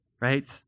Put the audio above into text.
right